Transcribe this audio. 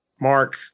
Mark